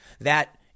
that-